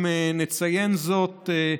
אם נציין זאת,